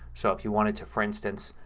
so if you wanted to, for instance,